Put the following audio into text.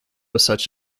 such